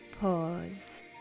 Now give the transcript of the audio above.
Pause